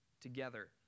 together